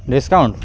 discount